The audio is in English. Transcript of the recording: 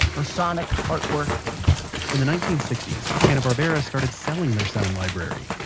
or sonic artwork in the nineteen sixty s, hanna-barbera started selling their sound library.